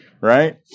Right